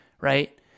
right